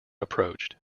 approached